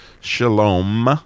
shalom